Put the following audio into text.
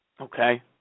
Okay